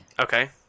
Okay